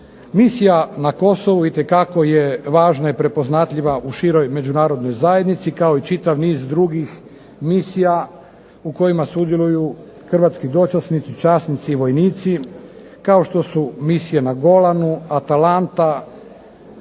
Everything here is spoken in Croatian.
Misija Na Kosovu itekako je važna i prepoznatljiva u široj međunarodnoj zajednici kao i čitav niz drugih misija u kojima sudjeluju Hrvatski dočasnici, časnici i vojnici, kao što su misije na Golanu, Atalanta,